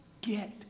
get